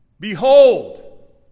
Behold